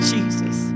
Jesus